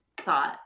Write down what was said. thought